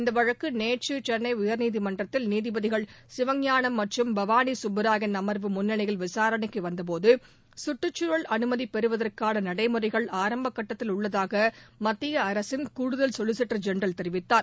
இந்த வழக்கு நேற்று சென்னை உயர்நீதிமன்றத்தில் நீதிபதிகள் சிவஞானம் மற்றும் பவானி சுப்புராயன் அம்வு முன்னிலையில் விசாரணைக்கு வந்தபோது கற்றுக்சூழல் அனுமதி பெறுவதற்கான நடைமுறைகள் ஆரம்ப கட்டத்தில் உள்ளதாக மத்திய அரசின் கூடுதல் சொலிசிட்டர் ஜெனரல் தெரிவித்தார்